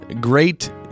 Great